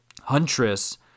Huntress